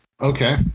Okay